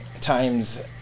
times